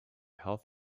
health